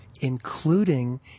including